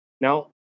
Now